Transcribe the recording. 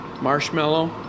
marshmallow